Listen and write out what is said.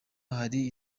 hari